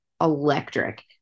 electric